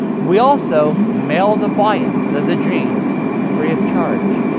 we also mail the volumes of the dreams free of charge.